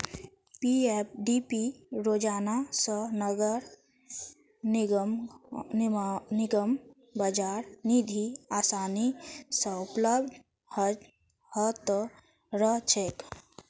PFDP योजना स नगर निगमक बाजार निधि आसानी स उपलब्ध ह त रह छेक